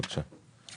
בבקשה.